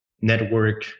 network